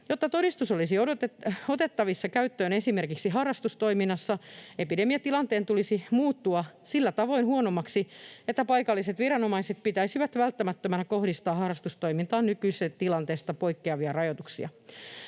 Jotta todistus olisi otettavissa käyttöön esimerkiksi harrastustoiminnassa, epidemiatilanteen tulisi muuttua sillä tavoin huonommaksi, että paikalliset viranomaiset pitäisivät välttämättömänä kohdistaa harrastustoimintaan nykytilanteesta poikkeavia rajoituksia.